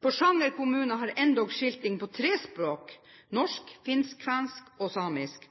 Porsanger kommune har endog skilting på tre språk, norsk, finsk/kvensk og samisk,